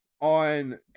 on